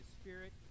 Spirit